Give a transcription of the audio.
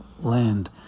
land